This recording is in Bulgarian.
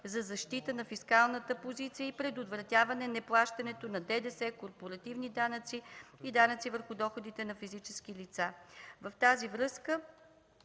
за защита на фискалната позиция и предотвратяване неплащането на ДДС, корпоративни данъци и данъци върху доходите на физическите лица.